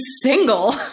single